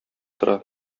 тора